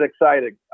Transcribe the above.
exciting